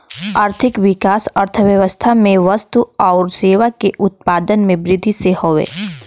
आर्थिक विकास अर्थव्यवस्था में वस्तु आउर सेवा के उत्पादन में वृद्धि से हौ